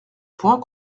point